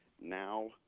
now